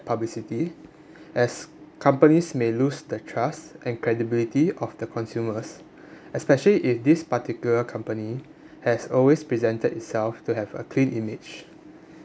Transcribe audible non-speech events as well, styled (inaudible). publicity as companies may lose the trust and credibility of the consumers (breath) especially if this particular company has always presented itself to have a clean image